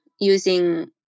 using